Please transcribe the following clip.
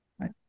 Right